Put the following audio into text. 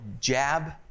jab